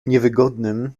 niewygodnym